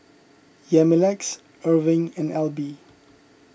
Yamilex Erving and Alby